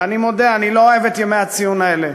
ואני מודה, אני לא אוהב את ימי הציון האלה,